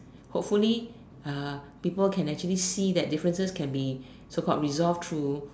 hopefully uh people can actually see that differences can be so called resolved through